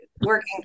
working